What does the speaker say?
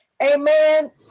Amen